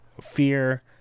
Fear